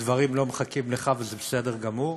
הדברים לא מחכים לך, וזה בסדר גמור,